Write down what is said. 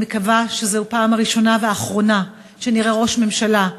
אני מקווה שזוהי הפעם הראשונה והאחרונה שנראה ראש ממשלה,